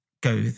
go